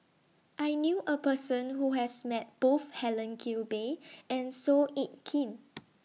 I knew A Person Who has Met Both Helen Gilbey and Seow Yit Kin